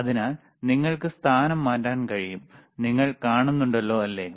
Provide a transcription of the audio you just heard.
അതിനാൽ നിങ്ങൾക്ക് സ്ഥാനം മാറ്റാൻ കഴിയും നിങ്ങൾ കാണുന്നുണ്ടല്ലോ അല്ലേ